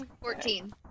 Fourteen